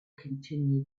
continue